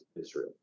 Israel